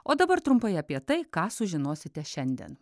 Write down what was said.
o dabar trumpai apie tai ką sužinosite šiandien